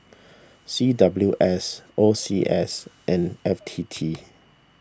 C W S O C S and F T T